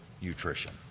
nutrition